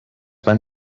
van